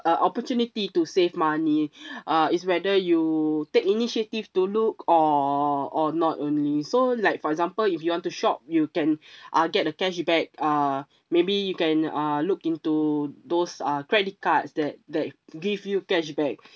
a opportunity to save money uh it's whether you take initiative to look or or not only so like for example if you want to shop you can uh get a cashback uh maybe you can uh look into those uh credit cards that that give you cashback